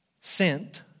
sent